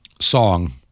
song